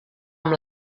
amb